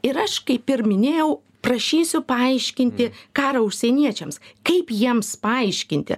ir aš kaip ir minėjau prašysiu paaiškinti karą užsieniečiams kaip jiems paaiškinti